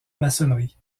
maçonnerie